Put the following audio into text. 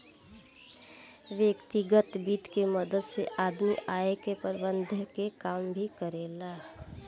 व्यतिगत वित्त के मदद से आदमी आयकर प्रबंधन के काम भी करेला